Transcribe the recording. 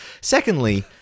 Secondly